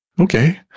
Okay